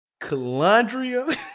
Calandria